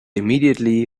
immediately